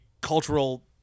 cultural